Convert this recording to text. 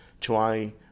Try